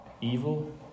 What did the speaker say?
Evil